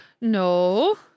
No